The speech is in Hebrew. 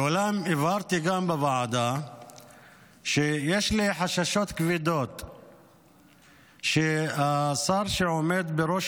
ואולם הבהרתי גם בוועדה שיש לי חששות כבדים שהשר שעומד בראש